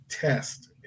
test